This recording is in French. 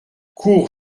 cours